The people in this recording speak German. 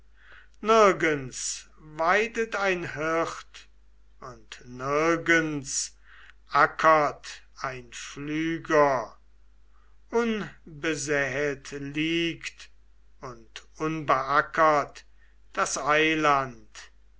nirgends weidet ein hirt und nirgends ackert ein pflüger unbesäet liegt und